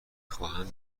خواهم